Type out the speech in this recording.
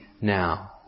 now